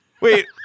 wait